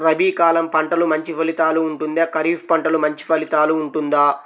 రబీ కాలం పంటలు మంచి ఫలితాలు ఉంటుందా? ఖరీఫ్ పంటలు మంచి ఫలితాలు ఉంటుందా?